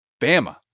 Bama